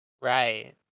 right